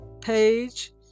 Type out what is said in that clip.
page